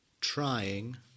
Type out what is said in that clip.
trying